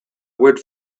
word